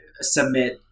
submit